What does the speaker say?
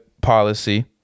policy